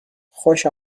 خوش